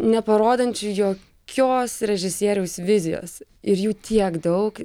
neparodančiu jo kios režisieriaus vizijos ir jų tiek daug